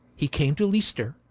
he came to leicester,